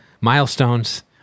Milestones